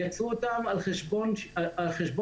יצרו אותם על חשבון השול.